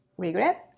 regret